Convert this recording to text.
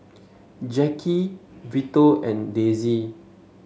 Jacki Vito and Dezzie